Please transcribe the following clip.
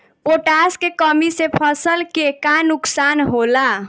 Potash के कमी से फसल के का नुकसान होला?